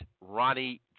Ronnie